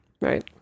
Right